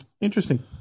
interesting